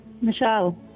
Michelle